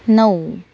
नऊ